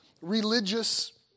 religious